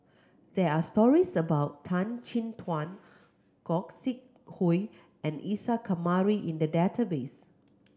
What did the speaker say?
there are stories about Tan Chin Tuan Gog Sing Hooi and Isa Kamari in the database